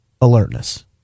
alertness